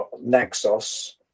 Naxos